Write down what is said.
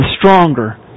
stronger